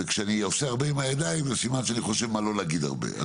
וכשאני עושה הרבה עם הידיים זה סימן שאני חושב מה לא להגיד הרבה.